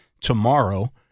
tomorrow